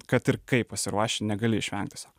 kad ir kaip pasiruoši negali išvengt tiesiog